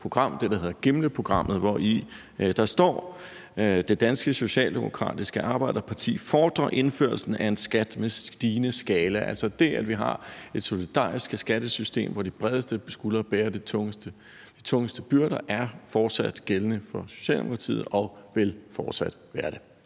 program – det, der hedder Gimleprogrammet – hvori der står, at det danske socialdemokratiske arbejderparti fordrer indførelsen af en skat med stigende skala. Altså det, at vi har et solidarisk skattesystem, hvor de bredeste skuldre bærer de tungeste byrder, er fortsat gældende for Socialdemokratiet og vil fortsat være det.